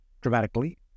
dramatically